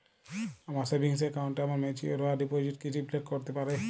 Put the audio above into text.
আমার সেভিংস অ্যাকাউন্টে আমার ম্যাচিওর হওয়া ডিপোজিট কি রিফ্লেক্ট করতে পারে?